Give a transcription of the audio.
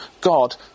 God